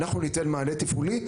אנחנו ניתן מענה תפעולי.